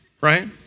right